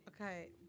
Okay